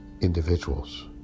individuals